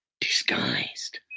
disguised